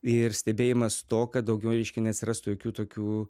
ir stebėjimas to kad daugiau reiškia neatsirastų jokių tokių